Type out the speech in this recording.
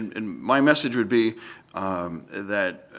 and my message would be that,